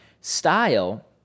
Style